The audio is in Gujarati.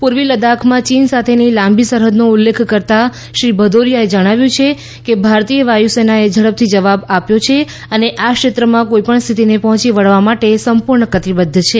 પૂર્વી લદ્દાખમાં ચીન સાથેની લાંબી સરહદનો ઉલ્લેખ કરતાં શ્રી ભદૌરીયાએ જણાવ્યું કે ભારતીય વાયુસેનાએ ઝડપથી જવાબ આપ્યો છે અને આ ક્ષેત્રમાં કોઈપણ સ્થિતિને પહોચી વળવા માટે સંપૂર્ણ કટિબદ્ધ છે